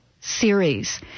series